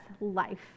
life